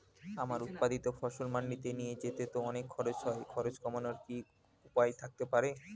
আমার উৎপাদিত ফসল মান্ডিতে নিয়ে যেতে তো অনেক খরচ হয় খরচ কমানোর কি উপায় থাকতে পারে?